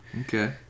Okay